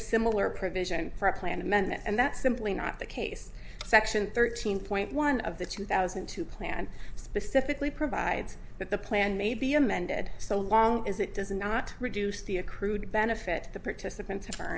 similar provision for a plan amendment and that's simply not the case section thirteen point one of the two thousand and two plan specifically provides that the plan may be amended so long as it does not reduce the accrued benefit the participants